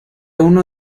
uno